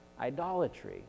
idolatry